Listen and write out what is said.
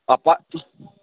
आओर